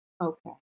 okay